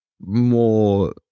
more